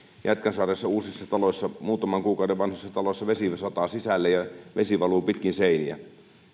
jätkäsaaressa uusissa muutaman kuukauden vanhoissa taloissa vesi sataa sisälle ja vesi valuu pitkin seiniä